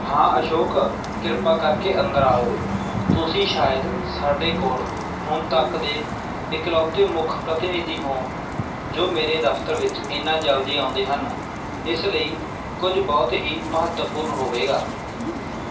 ਹਾਂ ਅਸ਼ੋਕ ਕਿਰਪਾ ਕਰਕੇ ਅੰਦਰ ਆਓ ਤੁਸੀਂ ਸ਼ਾਇਦ ਸਾਡੇ ਕੋਲ ਹੁਣ ਤੱਕ ਦੇ ਇਕਲੌਤੇ ਮੁੱਖ ਪ੍ਰਤੀਨਿਧੀ ਹੋ ਜੋ ਮੇਰੇ ਦਫ਼ਤਰ ਵਿੱਚ ਇੰਨਾ ਜਲਦੀ ਆਉਂਦੇ ਹਨ ਇਸ ਲਈ ਕੁਝ ਬਹੁਤ ਹੀ ਮਹੱਤਵਪੂਰਨ ਹੋਵੇਗਾ